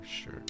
sure